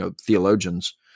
theologians